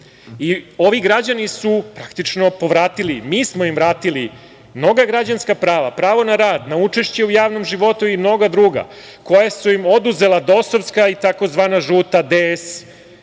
građani su praktično povratili, mi smo im vratili mnoga građanska prava, pravo na rad, na učešće u javnom životu i mnoga druga koja su im oduzela DOS-ovska i tzv. žuta DS